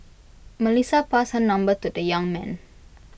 Melissa passed her number to the young man